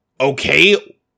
Okay